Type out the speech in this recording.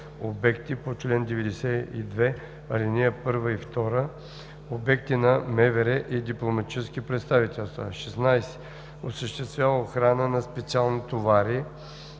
обекти по чл. 92, ал. 1 и 2, обекти на МВР и дипломатически представителства; 16. осъществява охрана на специални товари;